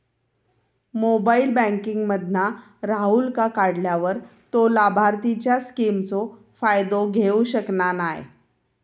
mobile banking मधना राहूलका काढल्यार तो लाभार्थींच्या स्किमचो फायदो घेऊ शकना नाय